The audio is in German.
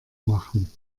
machen